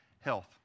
health